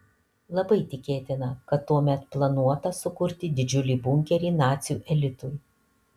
labai tikėtina kad tuomet planuota sukurti didžiulį bunkerį nacių elitui